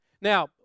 Now